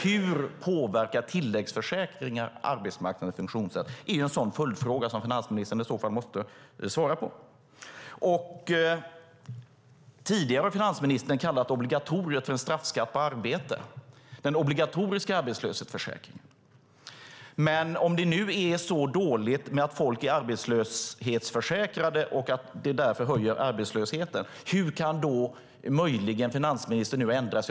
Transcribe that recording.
Hur påverkar tilläggsförsäkringar arbetsmarknadens funktionssätt? Det är en sådan följdfråga som finansministern i så fall måste svara på. Tidigare har finansministern kallat den obligatoriska arbetslöshetsförsäkringen för en straffskatt på arbete. Men om folk nu i så liten utsträckning är arbetslöshetsförsäkrade och att det därför höjer arbetslösheten, hur kan finansministern då ändra sig?